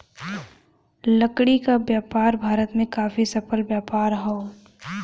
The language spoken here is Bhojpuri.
लकड़ी क व्यापार भारत में काफी सफल व्यापार हौ